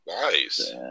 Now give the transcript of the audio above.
Nice